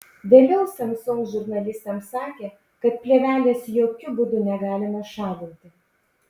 vėliau samsung žurnalistams sakė kad plėvelės jokiu būdu negalima šalinti